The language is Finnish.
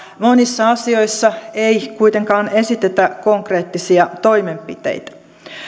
monissa asioissa ei kuitenkaan esitetä konkreettisia toimenpiteitä